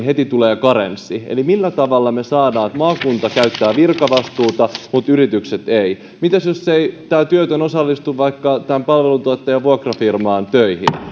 heti tulee karenssi eli millä tavalla saadaan niin että maakunta käyttää virkavastuuta mutta yritykset eivät mitäs jos tämä työtön ei osallistu vaikka tämän palveluntuottajan vuokrafirman töihin